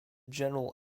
general